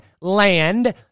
land